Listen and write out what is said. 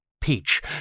Peach